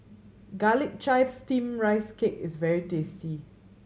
Garlic Chives Steamed Rice Cake is very tasty